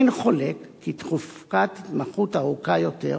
אין חולק כי תקופת התמחות ארוכה יותר,